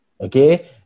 Okay